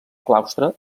claustre